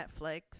Netflix